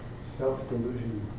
self-delusion